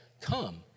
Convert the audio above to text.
come